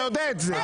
אתה יודע את זה.